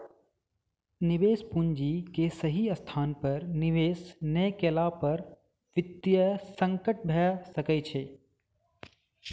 निवेश पूंजी के सही स्थान पर निवेश नै केला पर वित्तीय संकट भ सकै छै